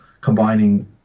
combining